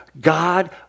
God